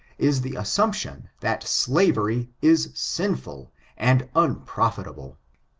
is the assumption that slavery is sinful and unprofitn able.